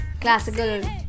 classical